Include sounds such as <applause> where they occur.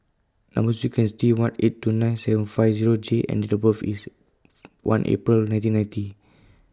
Number sequence IS T one eight two nine seven five Zero J and Date of birth IS <hesitation> one April nineteen ninety